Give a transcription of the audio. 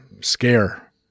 scare